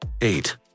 Eight